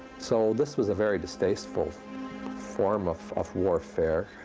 so this was a very distasteful form of of warfare,